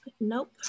nope